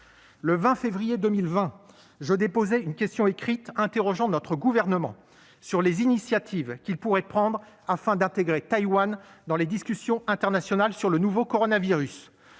Le 20 février 2020, je déposais une question écrite interrogeant notre gouvernement sur les initiatives qu'il pourrait prendre afin d'intégrer Taïwan dans les discussions internationales sur le nouveau coronavirus.